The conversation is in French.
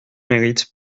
mérites